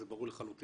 זה ברור לחלוטין,